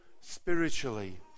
spiritually